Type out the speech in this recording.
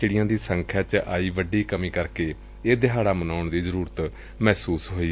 ਚਿੜੀਆਂ ਦੀ ਸੰਖਿੱਆ ਚ ਆਈ ਵੱਡੀ ਕਮੀ ਕਰਕੇ ਇਹ ਦਿਹਾੜਾ ਮਨਾਉਣ ਦੀ ਜ਼ਰੂਰਤ ਮਹਿਸੁਸ ਹੋਈ